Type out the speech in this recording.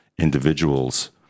individuals